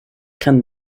kann